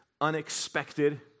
unexpected